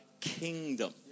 kingdom